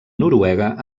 noruega